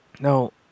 now